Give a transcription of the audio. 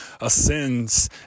ascends